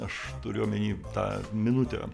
aš turiu omeny tą minutę